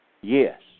Yes